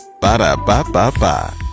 Ba-da-ba-ba-ba